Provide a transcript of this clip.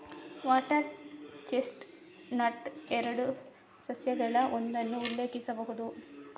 water chestnut ಎರಡು ಸಸ್ಯಗಳಲ್ಲಿ ಒಂದನ್ನು ಉಲ್ಲೇಖಿಸಬಹುದು